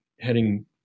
heading